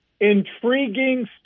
Intriguing